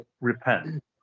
repent